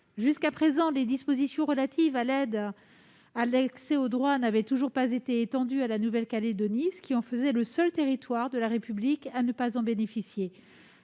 Jusqu'à présent, les dispositions relatives à l'aide à l'accès au droit n'avaient toujours pas été étendues à la Nouvelle-Calédonie, ce qui en faisait le seul territoire de la République à ne pas en bénéficier.